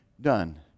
done